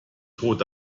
tode